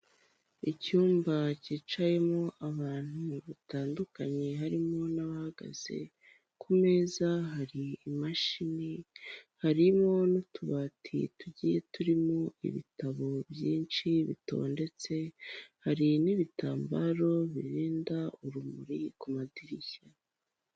Icyumba cyicayemo abantu batandukanye harimo n'abahagaze, ku meza hari imashini, harimo n'utubati tugiye turimo ibitabo byinshi bitondetse, hari n'ibitambaro birinda urumuri ku madirishya.